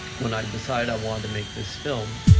when i decided i wanted to make this film